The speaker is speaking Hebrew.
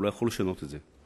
הוא לא יכול לשנות את זה.